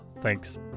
Thanks